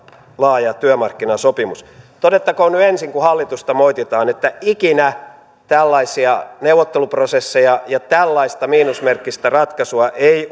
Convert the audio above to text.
laaja työmarkkinasopimus todettakoon nyt ensin kun hallitusta moititaan että ikinä tällaisia neuvotteluprosesseja ja tällaista miinusmerkkistä ratkaisua ei